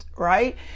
right